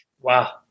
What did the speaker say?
Wow